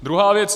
Druhá věc.